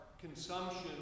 consumption